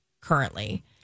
currently